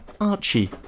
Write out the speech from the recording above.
Archie